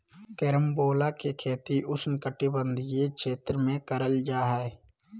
carambola के खेती उष्णकटिबंधीय क्षेत्र में करल जा हय